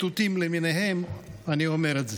אבל זה רק לאוהבי ציטוטים למיניהם אני אומר את זה.